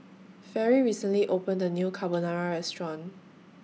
Fairy recently opened A New Carbonara Restaurant